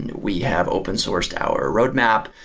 and we have open sourced our roadmap,